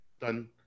done